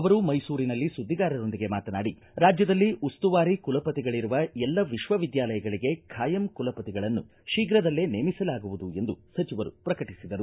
ಅವರು ಮೈಸೂರಿನಲ್ಲಿ ಸುದ್ದಿಗಾರರೊಂದಿಗೆ ಮಾತನಾಡಿ ರಾಜ್ಯದಲ್ಲಿ ಉಸ್ತುವಾರಿ ಕುಲಪತಿಗಳಿರುವ ಎಲ್ಲ ವಿಶ್ವವಿದ್ಯಾಲಯಗಳಿಗೆ ಖಾಯಂ ಕುಲಪತಿಗಳನ್ನು ಶೀಘ್ರದಲ್ಲೇ ನೇಮಿಸಲಾಗುವುದು ಎಂದು ಸಚಿವರು ಪ್ರಕಟಿಸಿದರು